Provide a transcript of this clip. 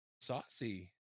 Saucy